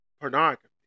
pornography